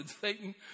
Satan